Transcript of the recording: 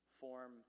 form